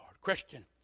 Christian